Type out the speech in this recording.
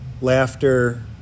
Laughter